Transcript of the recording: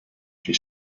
she